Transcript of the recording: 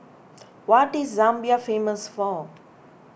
what is Zambia famous for